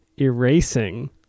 erasing